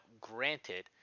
granted